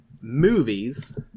movies